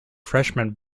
freshman